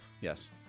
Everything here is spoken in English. Yes